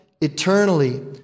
eternally